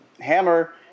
Hammer